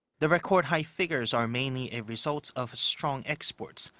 the record-high figures are mainly a result of strong exports,